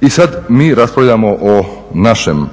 I sad mi raspravljamo o našem,